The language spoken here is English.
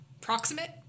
proximate